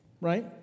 right